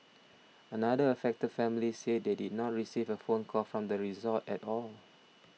another affected family said they did not receive a phone call from the resort at all